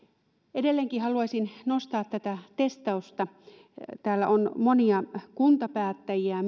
edelleenkin haluaisin nostaa tätä testausta täällä on myös monia kuntapäättäjiä